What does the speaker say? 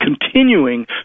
continuing